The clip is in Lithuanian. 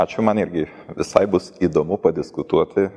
ačiū man irgi visai bus įdomu padiskutuoti